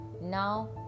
Now